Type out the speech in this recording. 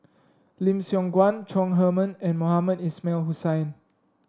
Lim Siong Guan Chong Heman and Mohamed Ismail Hussain